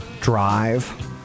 Drive